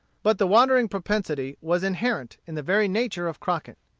but the wandering propensity was inherent in the very nature of crockett.